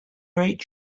rate